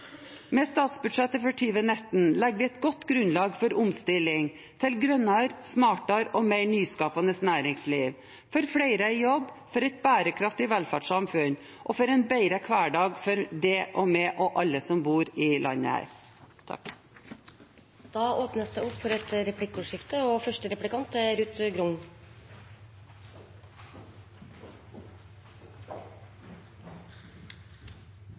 Med statsbudsjettet for 2019 legger vi et godt grunnlag for omstilling til et grønnere, smartere og mer nyskapende næringsliv, for flere i jobb, for et bærekraftig velferdssamfunn og for en bedre hverdag for deg og meg og alle som bor i dette landet. Det blir replikkordskifte.